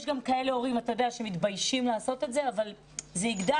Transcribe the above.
יש גם הורים שמתביישים לעשות את זה, אבל זה יגדל.